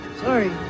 Sorry